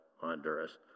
Honduras